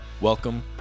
Welcome